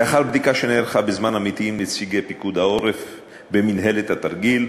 לאחר בדיקה שנערכה בזמן אמיתי עם נציגי פיקוד העורף במינהלת התרגיל,